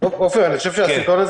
עפר, אני חושב שהסרטון הזה